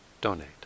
donate